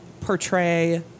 portray